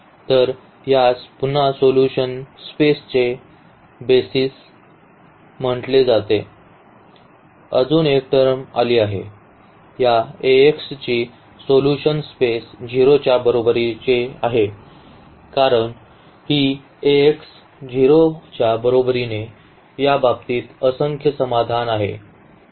तर यास पुन्हा सोल्यूशन स्पेसचे बीएएसआयएस म्हटले जाते अजून एक टर्म आली आहे या Ax ची सोल्यूशन स्पेस 0 च्या बरोबरीने आहे कारण ही Ax 0 च्या बरोबरीने त्या बाबतीत असंख्य समाधान आहेत